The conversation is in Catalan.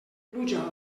pluja